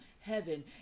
heaven